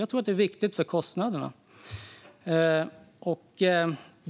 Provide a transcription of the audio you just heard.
Jag tror att det är viktigt för kostnaderna.